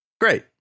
Great